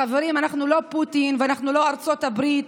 חברים, אנחנו לא פוטין ואנחנו לא ארצות הברית.